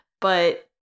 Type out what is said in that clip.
But-